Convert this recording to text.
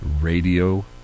Radio